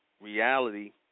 reality